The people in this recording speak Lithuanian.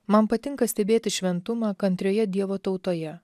man patinka stebėti šventumą kantrioje dievo tautoje